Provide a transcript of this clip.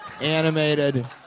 Animated